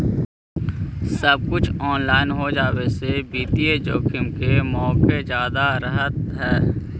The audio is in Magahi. सब कुछ ऑनलाइन हो जावे से वित्तीय जोखिम के मोके जादा रहअ हई